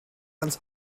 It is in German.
ganz